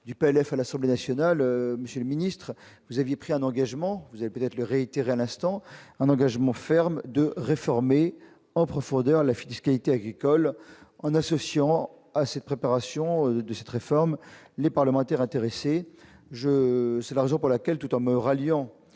du PLF à l'Assemblée nationale, monsieur le ministre, vous aviez pris un engagement, vous avez peut-être réitérer à l'instant un engagement ferme de réformer en profondeur la fiscalité agricole en associant à cette préparation de cette réforme, les parlementaires intéressés je c'est la raison pour laquelle tout homme ralliant